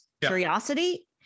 curiosity